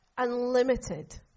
unlimited